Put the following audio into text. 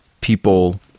people